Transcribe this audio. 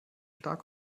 stark